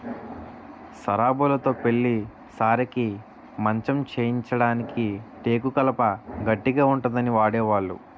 సరాబులుతో పెళ్లి సారెకి మంచం చేయించడానికి టేకు కలప గట్టిగా ఉంటుందని వాడేవాళ్లు